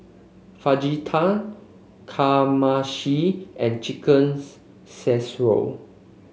Fajita Kamameshi and Chicken Casserole